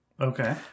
Okay